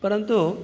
परन्तु